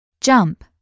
Jump